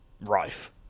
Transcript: rife